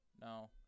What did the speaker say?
no